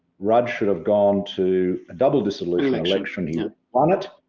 rudd should have gone to a double dissolution election here on it,